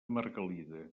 margalida